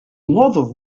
mother